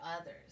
others